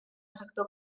sector